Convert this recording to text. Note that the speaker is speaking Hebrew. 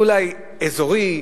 אולי אזורי.